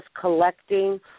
collecting